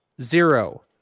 Zero